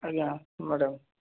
ଆଜ୍ଞା ମ୍ୟାଡ଼ାମ୍